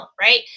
Right